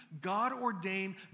God-ordained